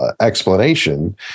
explanation